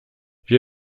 j’ai